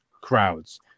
crowds